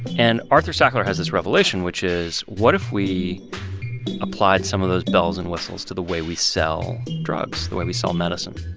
and arthur sackler has this revelation, which is, what if we applied some of those bells and whistles to the way we sell drugs, the way we sell medicine?